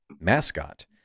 mascot